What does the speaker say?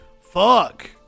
Fuck